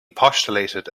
postulated